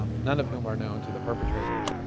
um none of whom are known to the perpetrators,